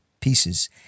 pieces